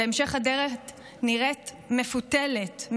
והמשך הדרך נראית מפותלת,